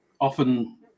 often